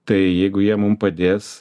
tai jeigu jie mum padės